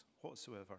whatsoever